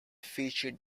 featured